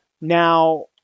Now